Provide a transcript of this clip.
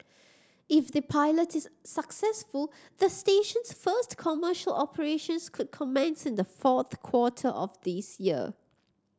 if the pilot is successful the station's first commercial operations could commence in the fourth quarter of this year